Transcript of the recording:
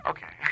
Okay